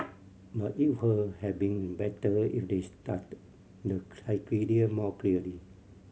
but it would have been better if they stated the more clearly